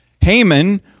Haman